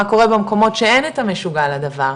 מה קורה במקומות שאין את המשוגע לדבר?